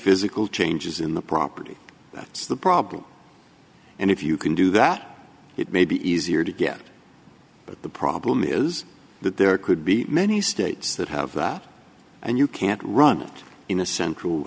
physical changes in the property that's the problem and if you can do that it may be easier to get but the problem is that there could be many states that have that and you can't run an